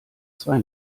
zwei